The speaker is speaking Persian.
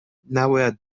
نباید